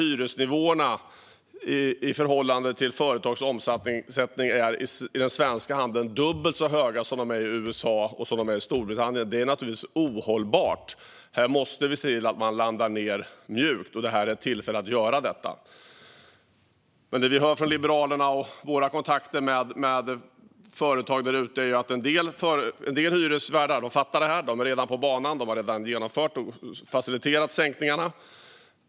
Hyresnivåerna i förhållande till företags omsättning är i den svenska handeln dubbelt så höga som de är i USA och Storbritannien, vilket naturligtvis är ohållbart. Vi måste se till att landa mjukt när det gäller detta, och det här är ett tillfälle att göra det. Det vi liberaler hör i våra kontakter med företag där ute är att en del hyresvärdar fattar detta. Man är redan på banan och har faciliterat och genomfört sänkningarna.